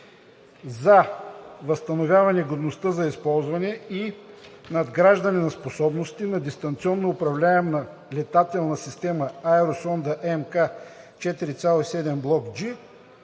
„За възстановяване годността за използване и надграждане на способностите на дистанционно управляема летателна система „Аеросонда МК 4.7 БЛОК ДЖИ“,